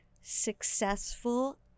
successful